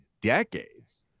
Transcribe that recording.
decades